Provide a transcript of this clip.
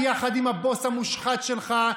ביחד עם הבוס המושחת שלך,